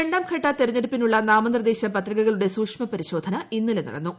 രണ്ടാംഘട്ട തിരഞ്ഞെടുപ്പിനുള്ള നാമനിർദ്ദേശ പത്രികകളുടെ സൂക്ഷ്മ പരിശോധന ഇന്നലെ നടന്നു